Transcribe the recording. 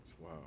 Wow